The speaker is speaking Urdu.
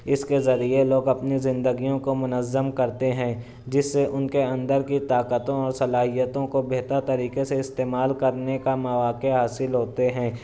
اس کے ذریعے لوگ اپنی زندگیوں کو منظم کرتے ہیں جس سے ان کے اندر کی طاقتوں اور صلاحیتوں کو بہتر طریقے سے استعمال کرنے کا مواقع حاصل ہوتے ہیں